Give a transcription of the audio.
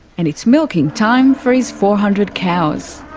and it's milking time for his four hundred cows.